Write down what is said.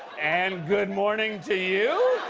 and. good morning to you?